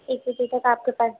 ایک بجے تک آپ کے پاس